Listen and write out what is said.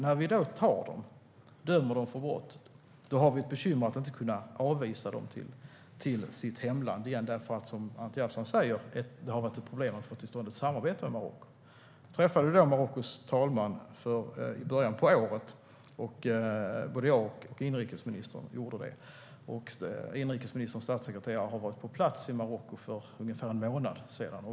När de då döms för brott har vi bekymret att inte kunna utvisa dem till deras hemland, för som Anti Avsan säger har det varit ett problem att få till stånd ett samarbete med Marocko. Både jag och inrikesministern träffade Marockos talman i början av året, och inrikesministerns statssekreterare var på plats i Marocko för ungefär en månad sedan.